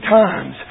times